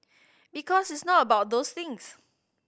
because it's not about those things